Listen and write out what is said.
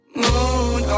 moon